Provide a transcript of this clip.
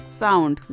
sound